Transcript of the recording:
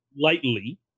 lightly